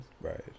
right